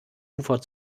ufer